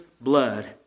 blood